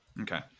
Okay